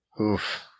Oof